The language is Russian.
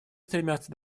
стремятся